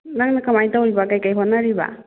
ꯅꯪꯅ ꯀꯃꯥꯏꯅ ꯇꯧꯔꯤꯕ ꯀꯩꯀꯩ ꯍꯣꯠꯅꯔꯤꯕ